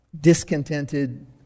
discontented